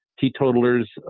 teetotalers